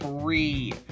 free